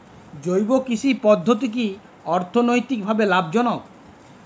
জৈব কৃষি পদ্ধতি কি অর্থনৈতিকভাবে লাভজনক?